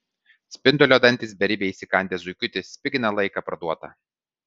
spindulio dantys beribiai įsikandę zuikutį spigina laiką parduotą